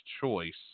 choice